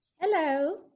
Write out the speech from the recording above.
Hello